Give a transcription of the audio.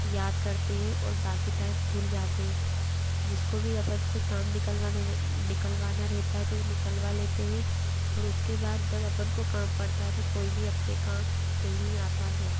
याद करते हैं और बाक़ी टाइम भूल जाते हैं जिसको भी अपन से काम निकलवाना निकलवाना रहता है तो वो निकलवा लेते हैं और उसके बाद जब अपन को काम पड़ता है तो कोई भी अपने काम नहीं आता है